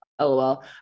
lol